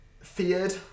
feared